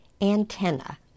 antenna